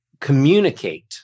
communicate